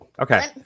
Okay